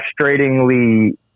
frustratingly